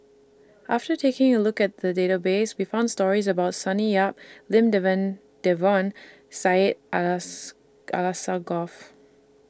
after taking A Look At The Database We found stories about Sonny Yap Lim Devan Devon Syed as Alsagoff